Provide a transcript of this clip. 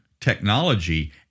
technology